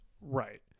Right